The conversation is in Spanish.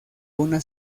una